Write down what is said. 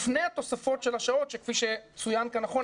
לפני התוספות של השעות שכפי שצויין כאן נכון,